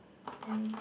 and